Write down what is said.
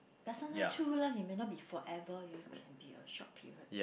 then sometime true love it may not be forever you can be a short period